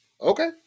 Okay